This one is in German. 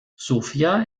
sofia